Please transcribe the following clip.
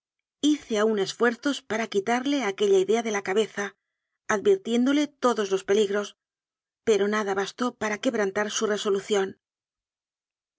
hice aún esfuerzos para quitarle aquella idea de la cabeza advirtiéndole todos los peli gros pero nada bastó para quebrantar su reso